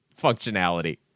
functionality